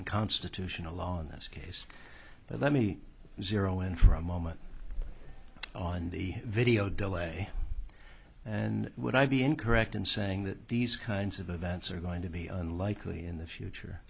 and constitutional law in this case but let me and zero in for a moment on the video delay and would i be incorrect in saying that these kinds of events are going to be unlikely in the future